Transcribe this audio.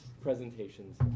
presentations